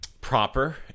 proper